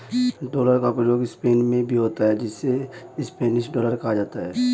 dollar का प्रयोग Spain में भी होता है जिसे स्पेनिश डॉलर कहा जाता है